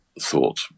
thought